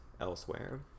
elsewhere